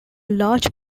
large